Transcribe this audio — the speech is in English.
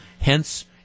Hence